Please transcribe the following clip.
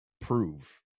prove